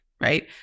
Right